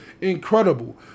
incredible